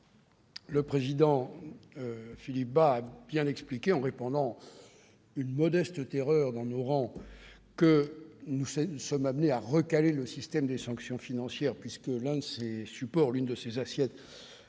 Le président Philippe Bas a bien expliqué, en répandant une modeste terreur dans nos rangs, que nous sommes amenés à recaler le système des sanctions financières, puisque l'une de ses assiettes,